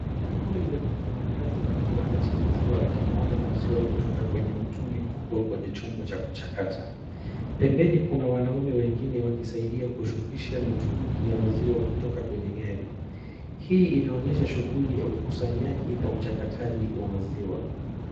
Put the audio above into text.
Huyu ni mfanyakazi wa kiwanda cha maziwa akimwaga maziwa kutoka kwenye mtungi mkubwa kwenye chombo cha kuchakata. Pembeni kuna wanaume wengine wakisaidia kushukisha mitungi ya maziwa kutoka kwenye gari. Hii inaonyesha shughuli ya ukusanyaji na uchakataji wa maziwa.